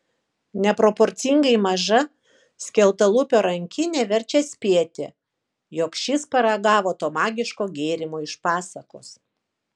neproporcingai maža skeltalūpio rankinė verčia spėti jog šis paragavo to magiško gėrimo iš pasakos